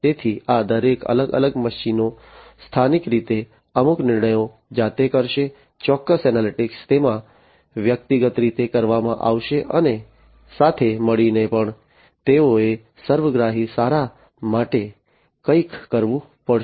તેથી આ દરેક અલગ અલગ મશીનો સ્થાનિક રીતે અમુક નિર્ણયો જાતે કરશે ચોક્કસ એનાલિટિક્સ તેમાં વ્યક્તિગત રીતે કરવામાં આવશે અને સાથે મળીને પણ તેઓએ સર્વગ્રાહી સારા માટે કંઈક કરવું પડશે